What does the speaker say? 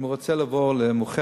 אם הוא רוצה לעבור ל"מאוחדת",